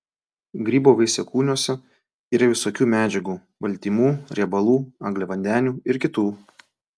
grybo vaisiakūniuose yra visokių medžiagų baltymų riebalų angliavandenių ir kitų